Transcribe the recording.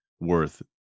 worth